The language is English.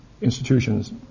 institutions